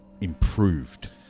improved